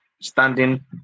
standing